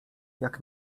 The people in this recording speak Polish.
jak